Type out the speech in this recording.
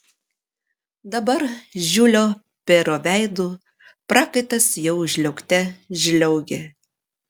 dabar žiulio pero veidu prakaitas jau žliaugte žliaugė